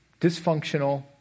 dysfunctional